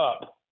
up